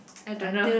I don't know